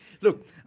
Look